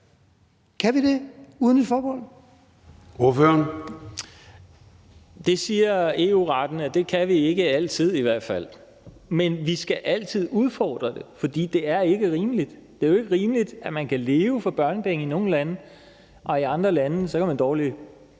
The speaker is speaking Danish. Kim Valentin (V): Det siger EU-retten i hvert fald at vi ikke altid kan. Men vi skal altid udfordre det, fordi det ikke er rimeligt. Det er jo ikke rimeligt, at man kan leve for børnepenge i nogle lande, og i andre lande kan man dårligt